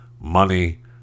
money